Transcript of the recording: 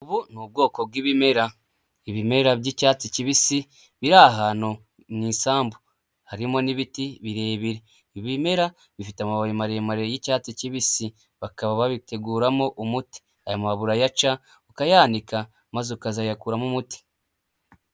Ubu ni ubwoko bw'ibimera, ibimera by'icyatsi kibisi biri ahantu mu isambu, harimo n'ibiti birebire, ibimera bifite amababi maremare y'icyatsi kibisi, bakaba babiteguramo umuti, aya mababi urayaca, ukayanika, maze ukazayakuramo umuti.